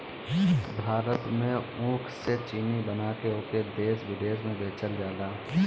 भारत में ऊख से चीनी बना के ओके देस बिदेस में बेचल जाला